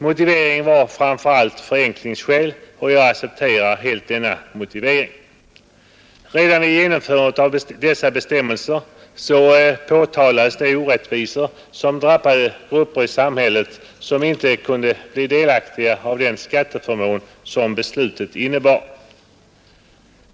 Motiveringen var framför allt förenklingsskäl, och jag accepterar helt denna Redan vid genomförandet av dessa bestämmelser påtalades de orättvisor som drabbade grupper i samhället, som inte kunde bli delaktiga av den skatteförmån som beslutet innebar.